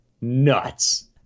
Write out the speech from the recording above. nuts